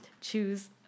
choose